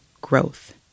growth